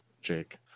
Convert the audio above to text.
jake